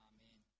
Amen